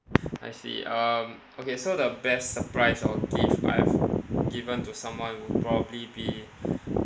I see um okay so the best surprise I will give I've given to someone will probably be